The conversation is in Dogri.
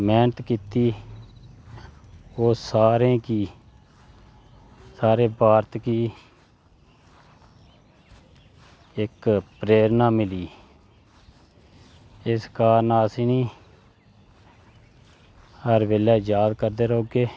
मैह्नत कीती ओह् सारें गी सारे भारत गी इक्क प्रेरणा मिली इस कारण अस इनेंगी हर बेल्लै याद करगे रौह्गे